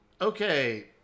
Okay